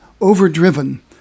overdriven